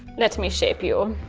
let me shape you.